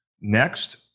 next